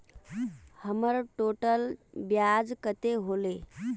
हमर टोटल ब्याज कते होले?